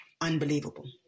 unbelievable